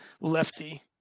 Lefty